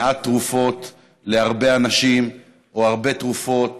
מעט תרופות להרבה אנשים או הרבה תרופות